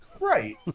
right